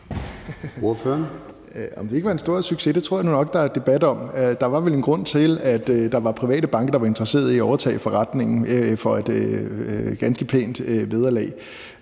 det var en stor succes, tror jeg nu nok at der er debat om. Der var vel en grund til, at der var private banker, der var interesseret i at overtage forretningen for et ganske pænt vederlag.